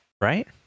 Right